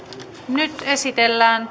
nyt esitellään